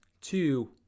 Two